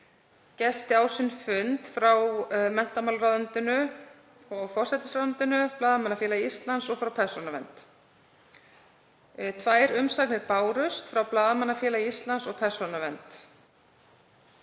gesti á sinn fund frá menntamálaráðuneytinu, forsætisráðuneytinu, Blaðamannafélagi Íslands og frá Persónuvernd. Tvær umsagnir bárust frá Blaðamannafélagi Íslands og Persónuvernd.